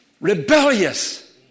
rebellious